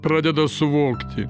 pradeda suvokti